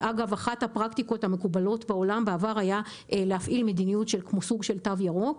אחת הפרקטיקות המקובלות בעולם הייתה להפעיל מדיניות של תו ירוק,